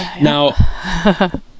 Now